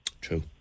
True